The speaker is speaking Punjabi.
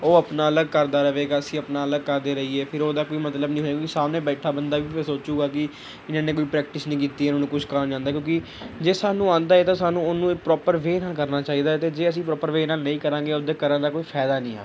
ਉਹ ਆਪਣਾ ਅਲੱਗ ਕਰਦਾ ਰਹੇਗਾ ਅਸੀਂ ਆਪਣਾ ਅਲੱਗ ਕਰਦੇ ਰਹੀਏ ਫਿਰ ਉਹਦਾ ਕੋਈ ਮਤਲਬ ਨਹੀਂ ਹੋਏਗਾ ਕਿਉਂਕਿ ਸਾਹਮਣੇ ਬੈਠਾ ਬੰਦਾ ਵੀ ਫਿਰ ਸੋਚੇਗਾ ਕਿ ਇਹਨਾਂ ਨੇ ਕੋਈ ਪ੍ਰੈਕਟਿਸ ਨਹੀਂ ਕੀਤੀ ਇਹਨਾਂ ਨੂੰ ਕੁਛ ਕਰਨਾ ਨਹੀਂ ਆਉਂਦਾ ਕਿਉਂਕਿ ਜੇ ਸਾਨੂੰ ਆਉਂਦਾ ਹੈ ਤਾਂ ਸਾਨੂੰ ਉਹਨੂੰ ਪ੍ਰੋਪਰ ਵੇਅ ਨਾਲ ਕਰਨਾ ਚਾਹੀਦਾ ਅਤੇ ਜੇ ਅਸੀਂ ਪ੍ਰੋਪਰ ਵੇਅ ਨਾਲ ਨਹੀਂ ਕਰਾਂਗੇ ਉਹਦੇ ਕਰਨ ਦਾ ਕੋਈ ਫਾਇਦਾ ਨਹੀਂ ਹੈ ਫਿਰ